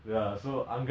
ah